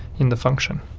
in the function.